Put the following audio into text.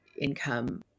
income